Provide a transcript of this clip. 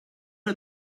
did